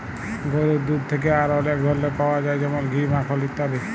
গরুর দুহুদ থ্যাকে আর অলেক ধরলের পাউয়া যায় যেমল ঘি, মাখল ইত্যাদি